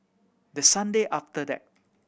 the Sunday after that